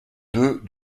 deux